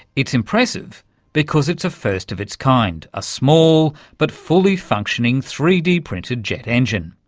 it's impressive because it's a first of its kind a small, but fully functioning three d printed jet engine.